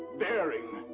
daring!